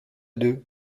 deux